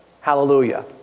Hallelujah